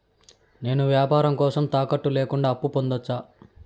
నేను వ్యాపారం కోసం తాకట్టు లేకుండా అప్పు పొందొచ్చా?